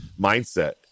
mindset